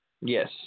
Yes